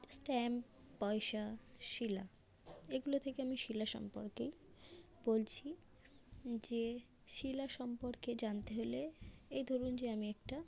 stamp পয়সা শিলা এগুলো থেকে আমি শিলা সম্পর্কেই বলছি যে শিলা সম্পর্কে জানতে হলে এই ধরুন যে আমি একটা